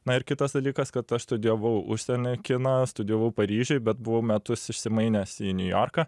na ir kitas dalykas kad aš studijavau užsieny kiną studijavau paryžiuj bet buvau metus išsimainęs į niujorką